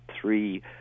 three